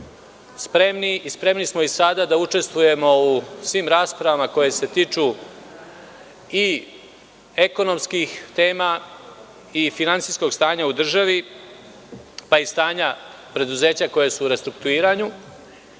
spremni smo i sada, da učestvujemo u svim raspravama koje se tiču i ekonomskih tema i finansijskog stanja u državi, pa i stanja preduzeća koja su u restrukturiranju,